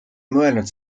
mõelnud